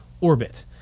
orbit